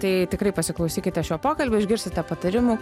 tai tikrai pasiklausykite šio pokalbio išgirsite patarimų